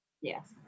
Yes